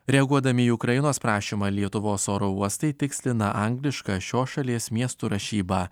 reaguodami į ukrainos prašymą lietuvos oro uostai tikslina anglišką šios šalies miestų rašybą